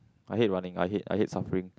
I hate running I hate I hate surfing